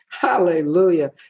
Hallelujah